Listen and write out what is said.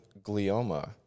glioma